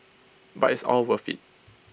but it's all worth IT